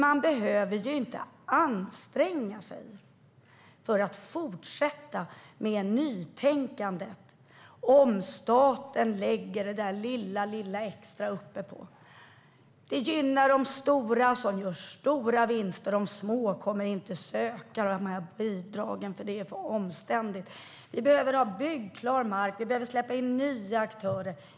Man behöver ju inte anstränga sig att tänka nytt om staten lägger det där lilla extra uppe på. Det gynnar de stora som gör stora vinster medan de små inte kommer att söka de här bidragen, eftersom det är för omständligt. Vi behöver ha byggklar mark. Vi behöver släppa in nya aktörer.